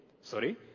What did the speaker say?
sorry